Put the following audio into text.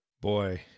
Boy